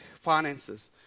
finances